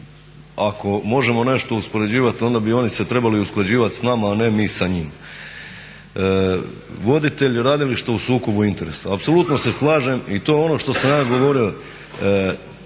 ako možemo nešto uspoređivati onda bi oni se trebali usklađivati s nama a ne mi sa njima. Voditelj radilišta u sukobu interesa. Apsolutno se slažem i to je ono što sam ja govorio,